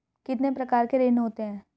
कितने प्रकार के ऋण होते हैं?